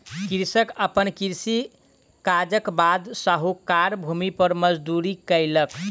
कृषक अपन कृषि काजक बाद साहूकारक भूमि पर मजदूरी केलक